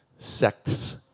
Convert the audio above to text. sects